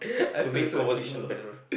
to make the conversation better